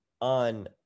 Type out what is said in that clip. on